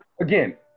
again